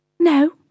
No